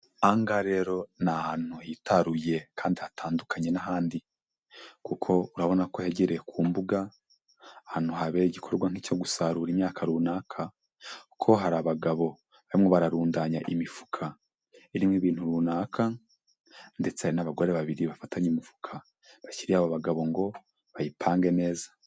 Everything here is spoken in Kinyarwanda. Aha ngaha rero ni ahantu hitaruye kandi hatandukanye n'ahandi, kuko urabona ko hegereye ku mbuga ahantu habera igikorwa nk'icyo gusarura imyaka runaka, kuko hari abagabo barimo bararundanya imifuka irimo ibintu runaka, ndetse hari n'abagore babiri bafatanye imifuka bakiriya aba bagabo ngo bayipange neza.